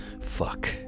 Fuck